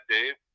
Dave